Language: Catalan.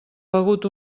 begut